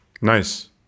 Nice